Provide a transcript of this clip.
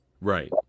Right